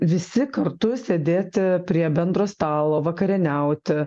visi kartu sėdėti prie bendro stalo vakarieniauti